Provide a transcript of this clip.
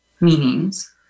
meanings